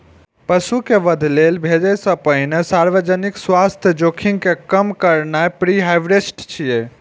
पशु कें वध लेल भेजै सं पहिने सार्वजनिक स्वास्थ्य जोखिम कें कम करनाय प्रीहार्वेस्ट छियै